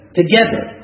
together